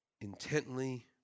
intently